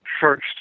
first